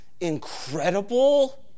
incredible